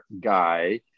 guy